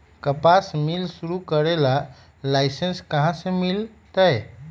कपास मिल शुरू करे ला लाइसेन्स कहाँ से मिल तय